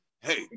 Hey